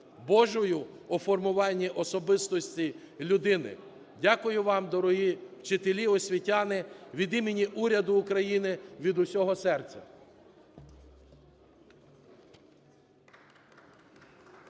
Божою у формуванні особистості людини. Дякую вам, дорогі вчителі, освітяни, від імені уряду України, від усього серця!